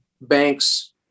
banks